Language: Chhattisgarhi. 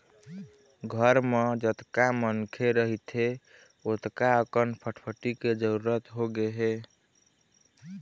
घर म जतका मनखे रहिथे ओतका अकन फटफटी के जरूरत होगे हे